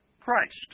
Christ